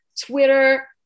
Twitter